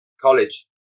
College